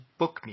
bookme